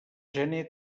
gener